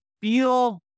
feel